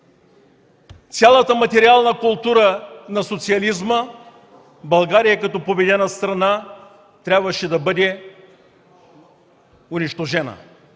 цялата материална култура на социализма в България като победена страна трябваше да бъде унищожена.